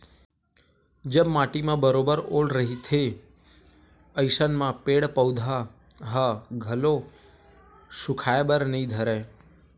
जब माटी म बरोबर ओल रहिथे अइसन म पेड़ पउधा ह घलो सुखाय बर नइ धरय